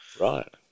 right